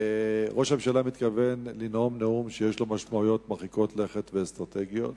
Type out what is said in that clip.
ראש הממשלה מתכוון לנאום נאום שיש לו משמעויות מרחיקות לכת ואסטרטגיות,